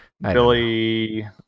Billy